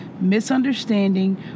misunderstanding